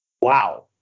wow